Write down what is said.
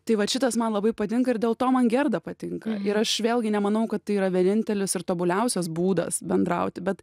tai vat šitas man labai patinka ir dėl to man gerda patinka ir aš vėlgi nemanau kad tai yra vienintelis ir tobuliausias būdas bendrauti bet